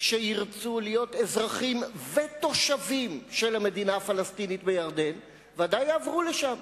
שירצו להיות אזרחים ותושבים של המדינה הפלסטינית בירדן ודאי יעברו לשם.